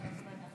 כבוד היושבת-ראש,